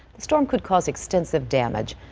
the storm could cause extensive damage.